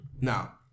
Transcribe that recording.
Now